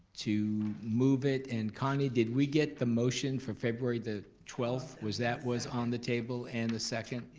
to move it, and connie, did we get the motion for february the twelfth, was that was on the table, and the second?